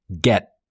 get